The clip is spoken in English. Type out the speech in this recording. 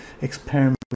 experiment